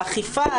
האכיפה.